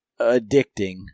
addicting